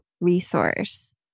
resource